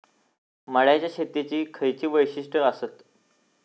मळ्याच्या शेतीची खयची वैशिष्ठ आसत?